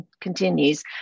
continues